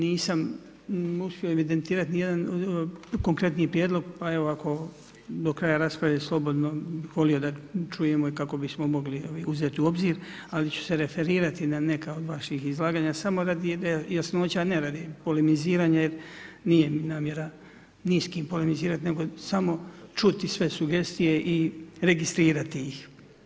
Nisam uspio evidentirati ni jedan konkretni prijedlog, pa evo, ako do kraja rasprave slobodno volio da čujemo, kako bismo mogli uzeti u obzir, ali ću se referirati na neka od vaših izlaganja, samo radi jasnoća, ne radi polemiziranja, jer nije mi namjera ni s kim polemizirati, nego samo čuti sve sugestije i registrirati ih.